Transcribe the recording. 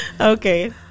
okay